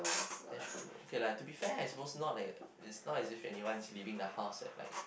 that's true okay lah to be fair I suppose not like it's not as if anyone is leaving the house at like